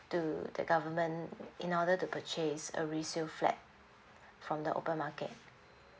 to the government in order to purchase a resale flat from the open market